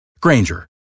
Granger